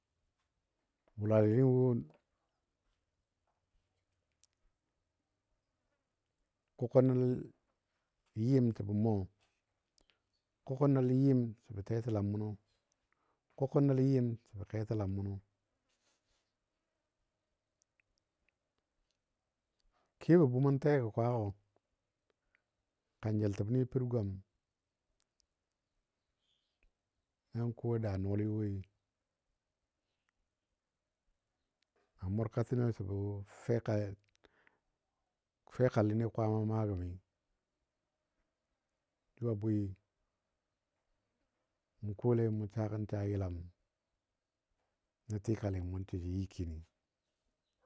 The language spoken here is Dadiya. Bʊlali ni wo kʊ kʊ nəl yɨm təbɔ mou, kʊ kʊ nəl yɨm səbɔ tetəlam mʊnɔ, kʊ kʊ nəl yɨm səbɔ ketəlam mʊnɔ. Kebɔ bʊmən tegɔ kwagɔ kanjəltəbni pər gwam, nan ko daa nɔɔli woi, a mʊrka təgo səbɔ feka fekalini Kwaama maa gəmi; Jʊ a bwi mʊ kole mu saa gən saa yəlam nə tikali mʊn sa jə yɨ kini.